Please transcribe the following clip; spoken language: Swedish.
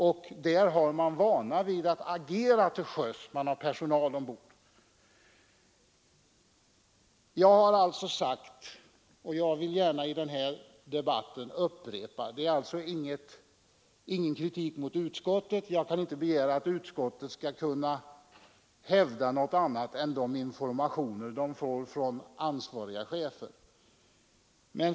Sådana besättningar har vana att agera till sjöss. Jag vill inte rikta någon kritik mot utskottet, för jag begär inte att utskottet skall kunna hävda något annat än vad man fått veta genom de informationer som lämnats av ansvariga chefer.